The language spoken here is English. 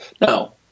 now